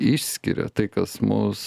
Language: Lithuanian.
išskiria tai kas mus